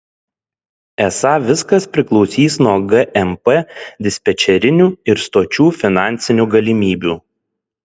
esą viskas priklausys nuo gmp dispečerinių ir stočių finansinių galimybių